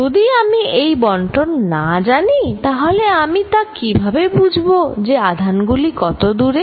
যদি আমি এই বন্টন না জানি তাহলে আমি তা কিভাবে বুঝবো যে আধান গুলি কত দূরে